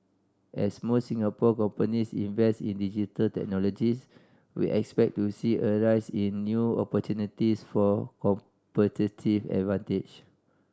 as more Singapore companies invest in Digital Technologies we expect to see a rise in new opportunities for competitive advantage